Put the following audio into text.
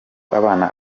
abana